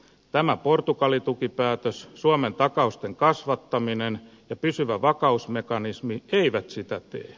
tämä portugali tukipäätös suomen takausten kasvattaminen ja pysyvä vakausmekanismi eivät sitä tee